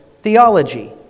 theology